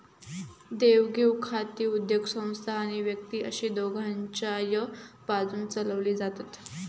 देवघेव खाती उद्योगसंस्था आणि व्यक्ती अशी दोघांच्याय बाजून चलवली जातत